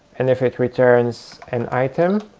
and if it returns and item,